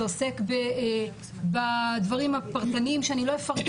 שעוסק בדברים הפרטניים שאני לא אפרט,